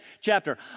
chapter